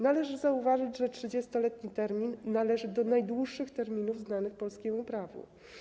Należy zauważyć, że 30-letni termin należy do najdłuższych terminów znanych polskiemu prawu.